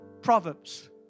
Proverbs